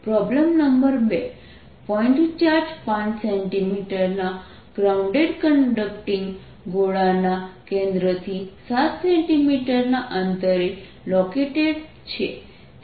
problem number 2 point charge 5 cm centimetre ના grounded conducting ગોળાના કેન્દ્રથી 7 cm ના અંતરે લોકેટેડ છે